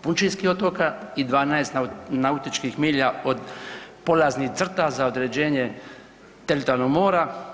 pučinskih otoka i 12 nautičkih milja od polaznih crta za određenje teritorijalnog mora.